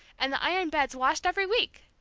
and the iron beds washed every week!